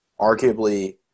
arguably